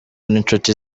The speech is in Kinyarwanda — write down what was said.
n’inshuti